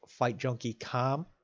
FightJunkie.com